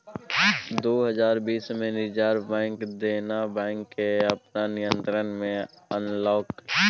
दु हजार बीस मे रिजर्ब बैंक देना बैंक केँ अपन नियंत्रण मे आनलकै